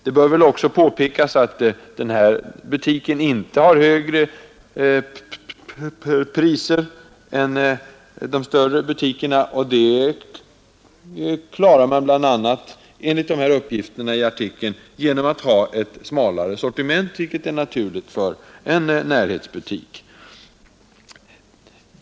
Det bör väl också påpekas att denna närhetsbutik inte håller högre priser än de större butikerna. Det klarar man enligt uppgifterna i artikeln bl.a. genom att ha ett smalare sortiment, vilket är naturligt för en närhetsbutik.